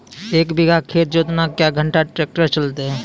एक बीघा खेत जोतना क्या घंटा ट्रैक्टर चलते?